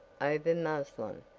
over muslin,